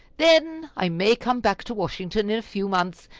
then, i may come back to washington in a few months,